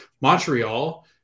Montreal